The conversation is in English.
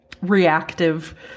reactive